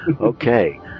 Okay